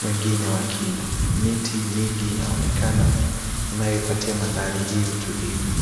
wengine wakiwa, miti mingi inaonekana inayoipatia mandhari hii utulivu.